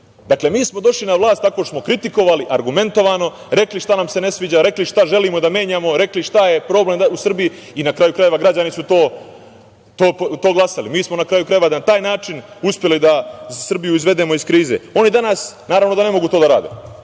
Srbiju. Dakle, mi smo došli na vlast tako što smo kritikovali, argumentovano, rekli šta nam se ne sviđa, rekli šta želimo da menjamo, rekli šta je problem u Srbiji i, na kraju krajeva, građani su to glasali. Mi smo, na kraju krajeva, na taj način uspeli da Srbiju izvedemo iz krize. Oni danas ne mogu to da rade.